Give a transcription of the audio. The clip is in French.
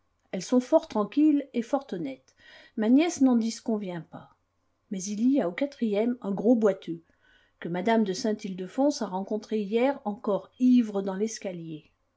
elles sont fort tranquilles et fort honnêtes ma nièce n'en disconvient pas mais il y a au quatrième un gros boiteux que mme de saint ildefonse a rencontré hier encore ivre dans l'escalier